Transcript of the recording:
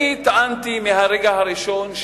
אני טענתי מהרגע הראשון,